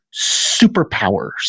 superpowers